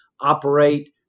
operate